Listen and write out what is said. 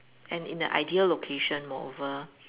and in the ideal location moreover